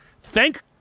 thank